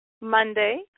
Monday